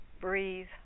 breathe